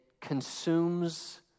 consumes